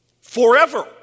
forever